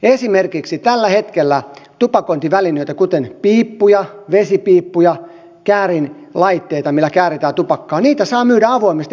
esimerkiksi tällä hetkellä tupakointivälineitä kuten piippuja vesipiippuja käärinlaitteita millä kääritään tupakkaa saa myydä avoimesti